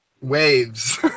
waves